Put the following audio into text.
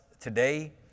today